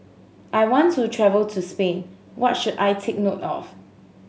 I want to travel to Spain what should I take note of